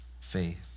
faith